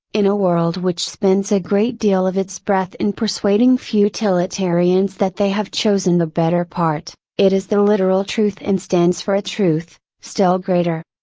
in a world which spends a great deal of its breath in persuading futilitarians that they have chosen the better part, it is the literal truth and stands for a truth, still greater.